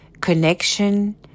connection